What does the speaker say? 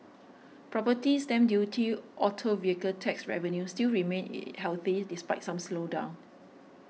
property stamp duty auto vehicle tax revenue still remain healthy despite some slowdown